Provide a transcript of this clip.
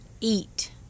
eat